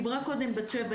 דיברה קודם בת-שבע.